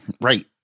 Right